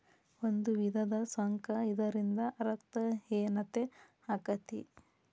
ಒಂದು ವಿಧದ ಸೊಂಕ ಇದರಿಂದ ರಕ್ತ ಹೇನತೆ ಅಕ್ಕತಿ